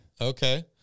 Okay